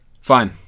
Fine